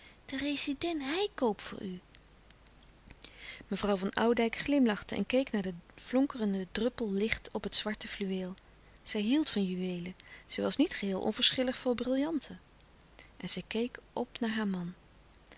de residèn hij koop voor u mevrouw van oudijck glimlachte en keek naar den flonkerenden druppel licht op het zwarte fluweel zij hield van juweelen zij was niet geheel onverschillig voor brillanten en zij keek op naar haar man